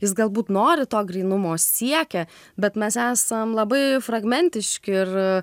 jis galbūt nori to grynumo siekia bet mes esam labai fragmentiški ir